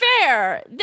fair